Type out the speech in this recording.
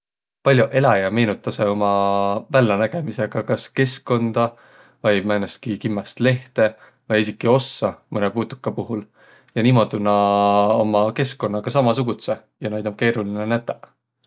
Pall'oq eläjäq meenutasõq uma vällänägemisega kas keskkunda vai määnestki kimmäst lehte vai esiki ossa mõnõ putuka puhul. Ja niimuudu na ommaq keskkunnaga samasugudsõq.